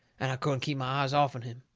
and i couldn't keep my eyes off'n him.